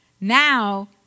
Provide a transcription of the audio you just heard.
Now